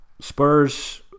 Spurs